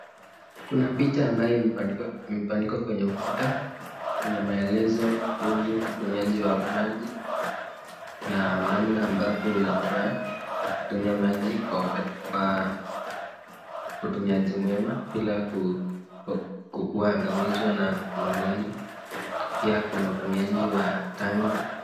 Kuna picha ambayo imepandikwa kwenye ukuta yenye maelezo kuhusu matumizi wa maji na namna ambavyo unafaa kutumia maji kwa utumiaji mwema bila kuangamizwa na magonjwa. Pia kuna matumiajizi wa tanki.